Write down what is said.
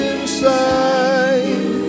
Inside